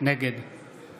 נגד